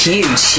Huge